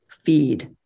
Feed